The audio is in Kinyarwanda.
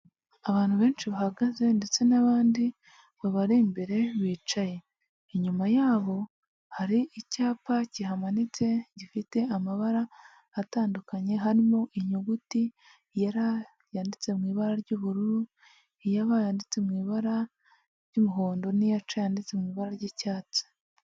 Abantu benshi bahagaze ndetse n'abandi babari imbere bicaye, inyuma yabo hari icyapa kihamanitse gifite amabara atandukanye harimo inyuguti ya ra yanditse mu ibara ry'ubururu, iya ba yanditse mu ibara ry'umuhondo n'iya ca yanditse mu ibara ry'icyatsi.